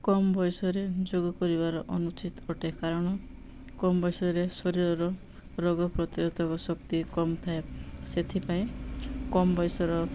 କମ୍ ବୟସରେ ଯୋଗ କରିବାର ଅନୁଚିତ ଅଟେ କାରଣ କମ୍ ବୟସରେ ଶରୀରର ରୋଗ ପ୍ରତିରୋଧକ ଶକ୍ତି କମ୍ ଥାଏ ସେଥିପାଇଁ କମ୍ ବୟସର